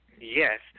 Yes